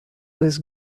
was